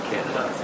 Canada